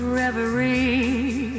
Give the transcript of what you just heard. reverie